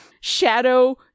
Shadow